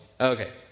Okay